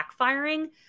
backfiring